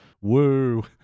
Woo